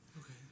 Okay